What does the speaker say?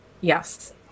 Yes